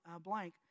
blank